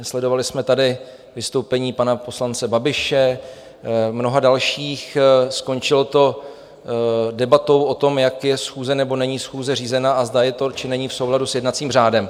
Sledovali jsme tady vystoupení pana poslance Babiše, mnoha dalších, skončilo to debatou o tom, jak je schůze nebo není schůze řízena a zda je to či není v souladu s jednacím řádem.